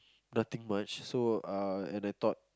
nothing much so uh and I thought